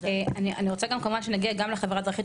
אני רוצה גם כמובן שנגיע גם לחברה האזרחית,